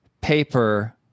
paper